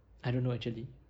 I don't know actually